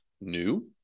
new